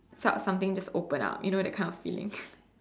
felt something just open up you know that kind of feeling